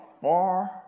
far